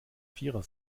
vierer